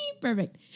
Perfect